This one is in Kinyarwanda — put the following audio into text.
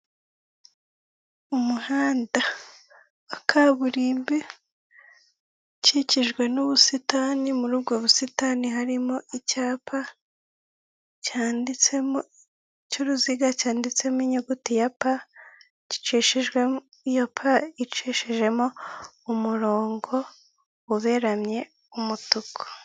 Umuhanda wa kaburimbo ukikijwe n'ubusitani muri ubwo busitani harimo icyapa cyanditsemo cy'uruziga cyanditsemo inyuguti ya pa gicishijwe iyo pa icishijwemo umurongo uberamye w'umutuku.